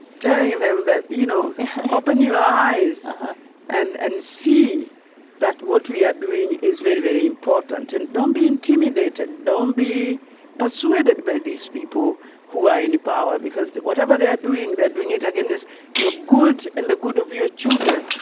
telling them that you know open your eyes and and see that what we are doing is very, very important. and don't be intimidated don't be persuaded by these people who are in power, because whatever they are doing, they're doing it against your good and the good of your children.